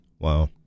Wow